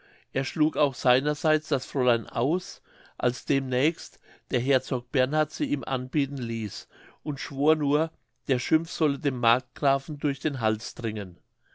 er schlug auch seiner seits das fräulein aus als demnächst der herzog bernhard sie ihm anbieten ließ und schwor nur der schimpf solle dem markgrafen durch den hals dringen